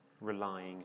relying